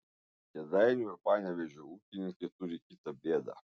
kėdainių ir panevėžio ūkininkai turi kitą bėdą